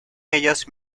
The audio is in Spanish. ellas